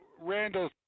Randall